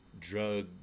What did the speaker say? Drug